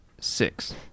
Six